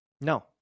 No